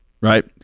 right